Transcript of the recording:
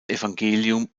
evangelium